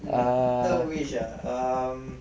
mm